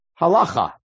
halacha